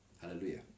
Hallelujah